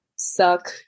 suck